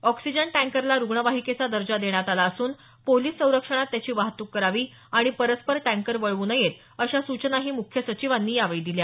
oxygen टँकरना रुग्णवाहिकेचा दर्जा देण्यात आला असून पोलिस संरक्षणात त्याची वाहतुक करावी आणि परस्पर टँकर वळवू नयेत अशा सूचनाही मुख्य सचिवांनी यावेळी दिल्या